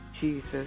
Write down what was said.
Jesus